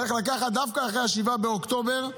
דווקא אחרי 7 באוקטובר,